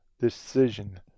decision